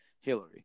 Hillary